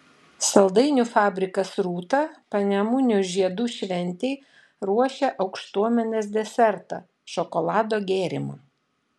saldainių fabrikas rūta panemunių žiedų šventei ruošia aukštuomenės desertą šokolado gėrimą